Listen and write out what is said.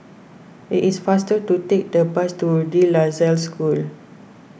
it is faster to take the bus to De La Salle School